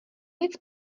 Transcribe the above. nic